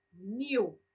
new